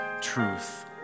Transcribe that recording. truth